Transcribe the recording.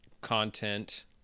content